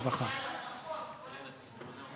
הרווחה והבריאות נתקבלה.